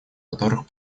которых